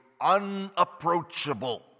unapproachable